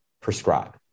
prescribe